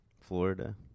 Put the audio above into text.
Florida